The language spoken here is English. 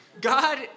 God